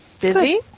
Busy